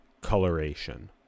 coloration